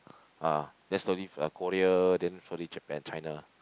ah then slowly for a Korea then slowly Japan China